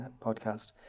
podcast